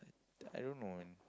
I don't know